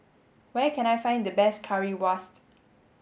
where can I find the best Currywurst